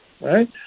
right